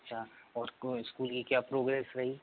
अच्छा और इस्कूल की क्या प्रोग्रेस रही